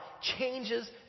changes